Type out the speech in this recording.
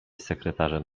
sekretarzem